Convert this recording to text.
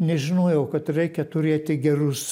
nežinojau kad reikia turėti gerus